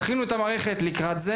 תכינו את המערכת לקראת זה.